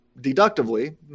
deductively